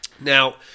Now